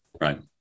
Right